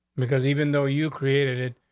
because even though you created it,